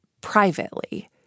privately